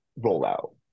rollout